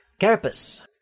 Carapace